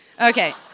Okay